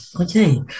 Okay